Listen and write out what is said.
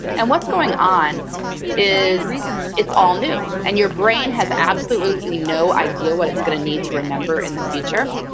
and what's going on is it's all new and your brain has absolutely no idea what it's going to need to remember in the future.